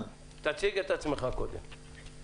אני חיים